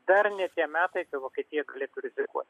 dar ne tie metai kai vokietija galėtų rizikuoti